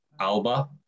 Alba